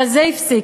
אבל זה נפסק.